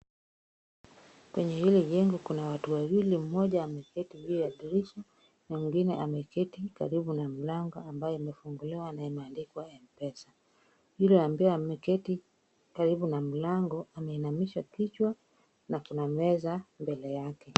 Kwenye hili jengo kuna watu wawili. Mmoja ameketi juu ya dirisha na mwingine ameketi karibu na mlango ambao umefunguliwa na imeandikwa M-Pesa. Yule ambaye ameketi karibu na mlango ameinamisha kichwa na kuna meza mbele yake.